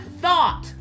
thought